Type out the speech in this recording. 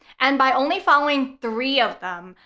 and by only following three of them,